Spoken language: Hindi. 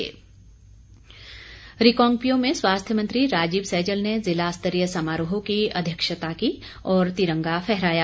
किन्नौर दिवस रिकांगपिओ में स्वास्थ्य मंत्री राजीव सैजल ने ज़िला स्तरीय समारोह की अध्यक्षता की और तिरंगा फहराया